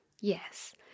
Yes